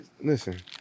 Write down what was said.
Listen